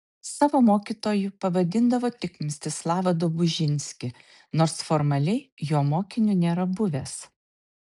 savo mokytoju pavadindavo tik mstislavą dobužinskį nors formaliai jo mokiniu nėra buvęs